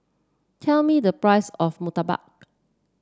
tell me the price of murtabak